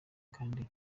kandi